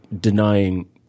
denying